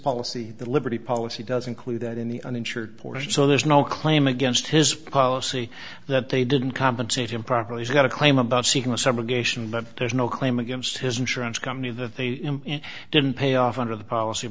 policy the liberty policy does include that in the uninsured portion so there's no claim against his policy that they didn't compensate him properly he's got a claim about seeking a summer geisha and there's no claim against his insurance company that they didn't pay off under the policy